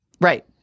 Right